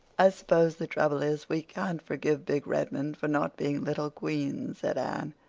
i suppose the trouble is we can't forgive big redmond for not being little queen's, said anne,